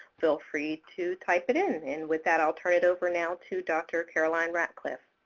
feel free to type it in. and with that, ill turn it over now to dr. caroline ratcliffe.